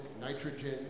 nitrogen